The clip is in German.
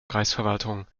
kreisverwaltung